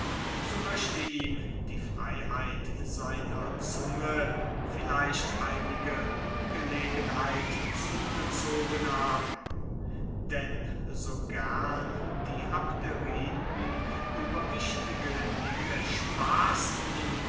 so möchte ihm die freiheit seiner zunge vielleicht einige ungelegenheit zugezogen haben denn so gerne die abderiten über wichtige dinge spaßten